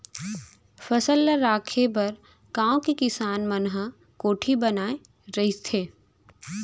फसल ल राखे बर गाँव के किसान मन ह कोठी बनाए रहिथे